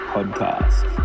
podcast